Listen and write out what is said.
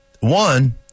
one